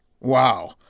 Wow